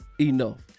enough